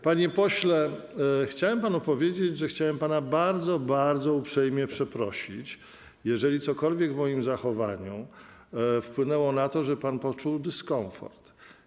Panie pośle, chciałem panu powiedzieć, że chciałem pana bardzo, bardzo uprzejmie przeprosić, jeżeli cokolwiek w moim zachowaniu wpłynęło na to, że pan poczuł dyskomfort.